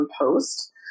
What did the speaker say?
post